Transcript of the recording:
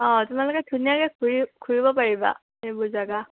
অঁ তোমালোকে ধুনীয়াকে ঘূৰি ঘুৰিব পাৰিবা এইবোৰ জেগা